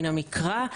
מין המקרא,